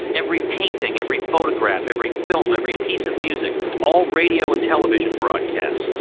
every painting, every photograph, every film, every piece of music, all radio and television broadcasts.